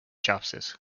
chopsticks